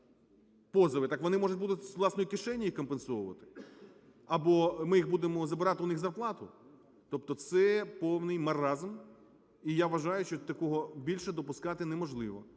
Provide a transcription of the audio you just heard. так вони, може, будуть з власної кишені їх компенсувати? Або ми їх будемо забирати у них в зарплату? Тобто це повний маразм. І я вважаю, що такого більше допускати неможливо.